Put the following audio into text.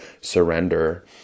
surrender